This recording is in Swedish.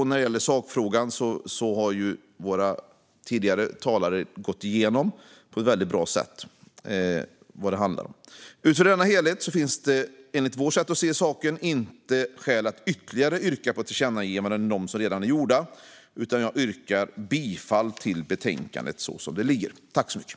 När det gäller sakfrågan har tidigare talare på ett väldigt bra sätt gått igenom vad det handlar om. Utifrån denna helhet finns det enligt vårt sätt att se saken inte skäl att yrka på ytterligare ett tillkännagivande utöver dem som redan är gjorda. Jag yrkar härmed bifall till utskottets förslag till beslut.